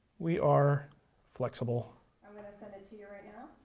we are flexible. i'm going to send it to you right now.